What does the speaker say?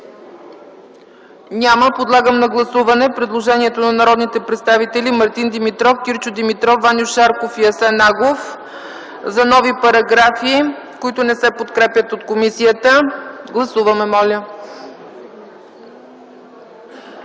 Няма. Подлагам на гласуване предложението на народните представители Мартин Димитров, Кирчо Димитров, Ваньо Шарков и Асен Агов за нови параграфи, които не се подкрепят от комисията. Гласували